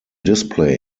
display